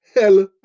Hell